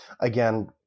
Again